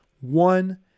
one